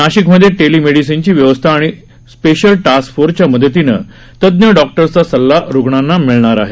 नाशिकमध्ये टेली मेडिसीनची व्यवस्था आणि स्प्रेशल टास्क फोर्सच्या मदतीने तज्ज्ञ डॉक्टर्सचा सल्ला रुग्णांना मिळणार आहे